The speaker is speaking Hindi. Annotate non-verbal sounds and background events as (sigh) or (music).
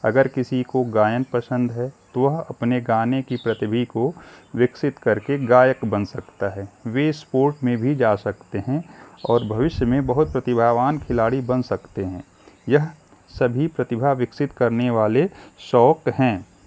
अगर किसी को गायन पसंद है तो वह अपने गाने की प्रतिभा को विकसित करके गायक बन सकता है वह स्पोर्ट में भी जा सकते हें और भविष्य में बहुत प्रतिभावान खिलाड़ी बन सकते हें यह सभी प्रतिभा विकसित करने वाले (unintelligible) है